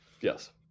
Yes